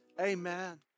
amen